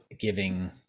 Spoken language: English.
giving